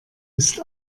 ist